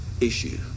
issue